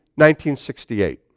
1968